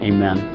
Amen